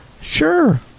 Sure